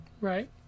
Right